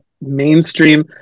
mainstream